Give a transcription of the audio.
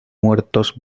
muertos